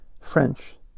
French